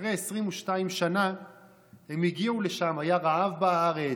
אחרי 22 שנה הם הגיעו לשם, היה רעב בארץ.